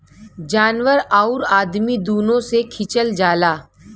जानवर आउर अदमी दुनो से खिचल जाला